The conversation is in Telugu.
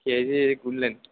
కేజీ గుళ్ళు అండి